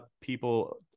people